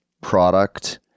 product